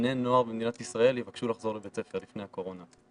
שבני נוער במדינת ישראל יבקשו לחזור לבית הספר לפני הקורונה.